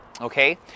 Okay